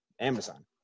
Amazon